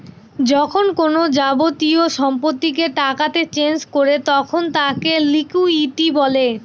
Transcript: যখন কোনো যাবতীয় সম্পত্তিকে টাকাতে চেঞ করে তখন তাকে লিকুইডিটি বলে